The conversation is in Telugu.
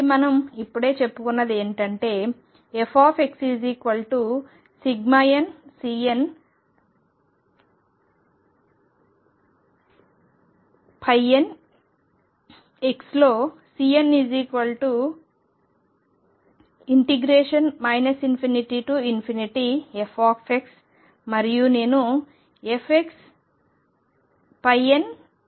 కాబట్టి మనం ఇప్పుడే చెప్పుకున్నది ఏమిటంటే fxnCnnలో Cn ∞f మరియు నేను fxnxdx